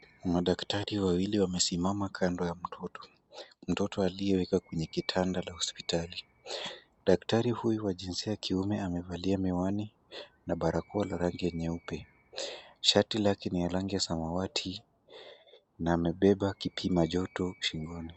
Madaktari wawili wamesimama kando ya mtoto, mtoto aliyewekwa kwenye kitanda la hospitali. Daktari huyu wa jinsia ya kiume amevalia miwani na barakoa la rangi ya nyeupe. Shati lake ni ya rangi ya samawati na amebeba kipima joto shingoni.